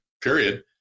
period